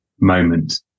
moment